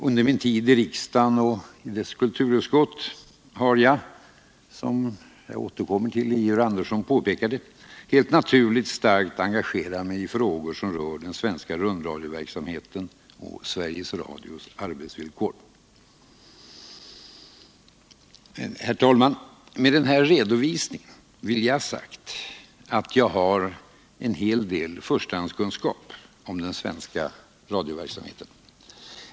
Under min tid i riksdagen och dess kulturutskott har jag — som jag återkommer till och som Georg Andersson påpekade — helt naturligt starkt engagerat mig i frågor som rör den svenska rundradioverksamheten och Sveriges Radios arbetsvillkor. Herr talman! Med den här redovisningen vill jag ha sagt att jag har en hel del förstahandskunskap om den svenska radioverksamheten.